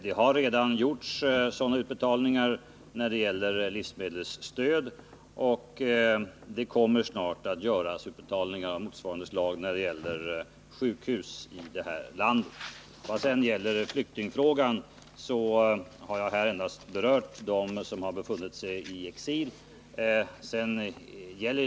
Det har redan gjorts utbetalningar när det gäller livsmedel, och det kommer snart att göras utbetalningar av motsvarande slag avseende landets sjukhus. Vad sedan gäller flyktingfrågan har jag här endast berört dem som har befunnit sig i exil.